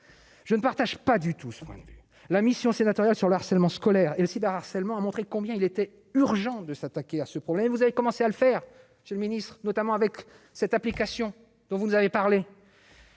je ne partage pas du tout ce point de vue, la mission sénatoriale sur le harcèlement scolaire et le SIDA, harcèlement, a montré combien il était urgent de s'attaquer à ce problème, vous avez commencé à le faire, je le ministre notamment avec cette application dont vous nous avez parlé.